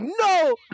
No